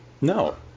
No